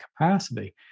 capacity